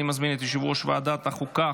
אני מזמין את יושב-ראש ועדת החוקה,